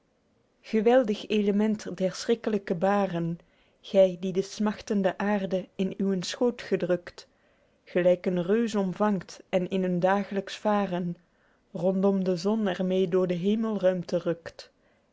geweldig element der schrikkelyke baren gy die de smachtende aerde in uwen schoot gedrukt gelyk een reuze omvangt en in een daeglyks varen rondom de zonne er meê door d'hemelruimte